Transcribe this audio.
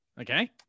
Okay